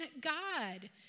God